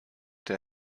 der